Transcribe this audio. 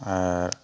ᱟᱨ